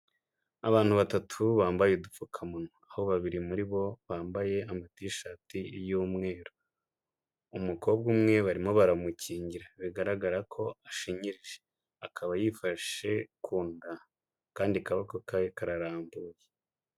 Abantu batatu bambaye udupfukamunwa, aho babiri muri bo bambaye amatishati y'umweru, umukobwa umwe barimo baramukingira bigaragara ko ashinyirije akaba yifashe ku nda, akandi kaboko ke kararambuye.